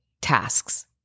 tasks